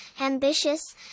ambitious